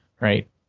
right